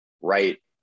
right